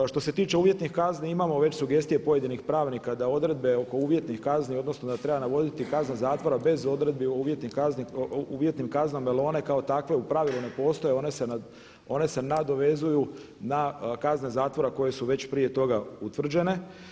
Što se tiče uvjetnih kazni imamo već sugestije pojedinih pravnika da odredbe oko uvjetnih kazni, odnosno da treba navoditi kazne zatvora bez odredbi o uvjetnim kaznama jer one kao takve u pravilu ne postoje, one se nadovezuju na kazne zatvora koje su već prije toga utvrđene.